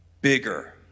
bigger